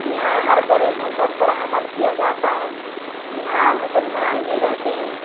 یہاں ہر بڑے مذہب پر عمل کیا جاتا ہے یہاں مسلمان بھی رہتے ہیں